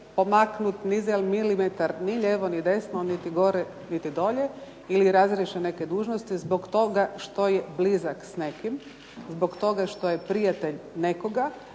pomaknuti ni za milimetar ni lijevo ni desno, niti gore niti gore ili razriješen neke dužnosti zbog toga što je blizak s nekim, zbog toga što je prijatelj nekoga,